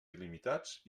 il·limitats